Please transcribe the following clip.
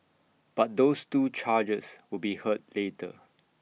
but those two charges will be heard later